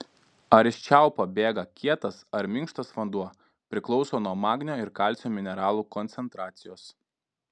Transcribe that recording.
ar iš čiaupo bėga kietas ar minkštas vanduo priklauso nuo magnio ir kalcio mineralų koncentracijos